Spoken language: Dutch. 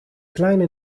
kleine